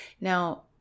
Now